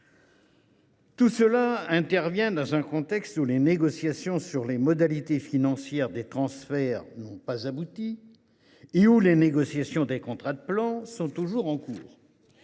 Tout cela intervient dans un contexte où les négociations sur les modalités financières des transferts n’ont pas abouti et où les négociations des contrats de plan sont toujours en cours.